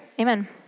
Amen